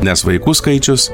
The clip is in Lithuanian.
nes vaikų skaičius